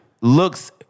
Looks